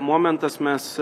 momentas mes